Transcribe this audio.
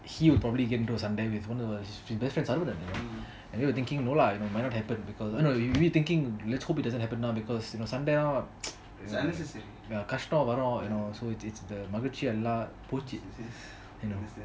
he will probably get into a சண்டை:sanda with one of his best friends Arun and all we were thinking no lah you know might not happen because we really thinking let's hope it doesn't happen now because சண்டாளம் கஷடம் வரும் மகிஷி எல்லாம் போச்சி:sandalam kasatam varum magichi ellam pochi